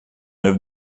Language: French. œuvre